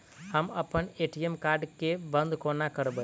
हम अप्पन ATM card केँ बंद कोना करेबै?